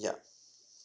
ya